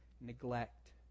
neglect